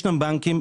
יש בנקים,